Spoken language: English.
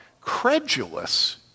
credulous